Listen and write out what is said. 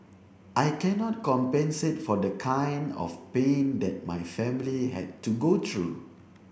I cannot compensate for the kind of pain that my family had to go through